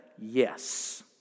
Yes